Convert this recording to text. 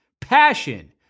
passion